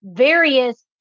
Various